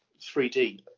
3D